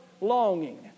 longing